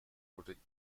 wurden